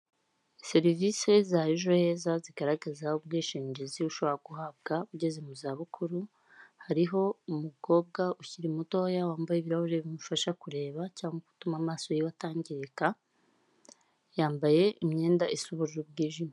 Serivisi zari Ejo Heza zigaragaza ubwishingizi ushobora guhabwa ugeze mu zabukuru, hariho umukobwa ukiri mutoya wambaye ibirahure bimufasha kureba cyangwa gutuma amaso ye atangirika, yambaye imyenda isa ubururu bwijimye.